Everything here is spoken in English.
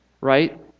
right